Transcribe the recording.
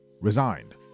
resigned